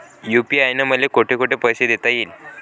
UPI न मले कोठ कोठ पैसे देता येईन?